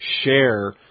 share